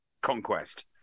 conquest